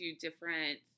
different